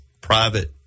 private